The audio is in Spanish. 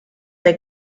del